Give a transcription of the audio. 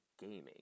Gaming